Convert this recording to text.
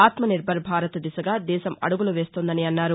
ఆత్న నిర్బర్ భారత్ దిశగా దేశం అడుగులు వేస్తోందన్నారు